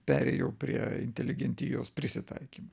perėjau prie inteligentijos prisitaikymo